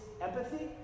empathy